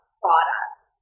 products